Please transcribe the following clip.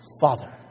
father